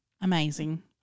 amazing